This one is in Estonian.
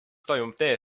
toimub